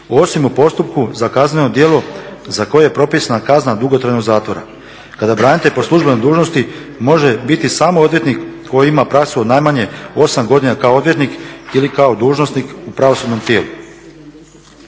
osim u postupku za kazneno djelo za koje je propisana kazna dugotrajnog zatvora kada branitelj po službenoj dužnosti može biti samo odvjetnik koji ima praksu od najmanje 8 godina kao odvjetnik ili kao dužnosnik u pravosudnom tijelu.